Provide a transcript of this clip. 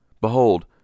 Behold